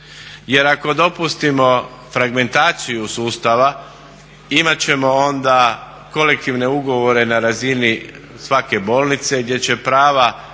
Jer ako dopustimo fragmentaciju sustava imat ćemo onda kolektivne ugovore na razini sve bolnice gdje će prava